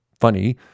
funny